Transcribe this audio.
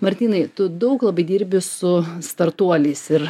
martynai tu daug labai dirbi su startuoliais ir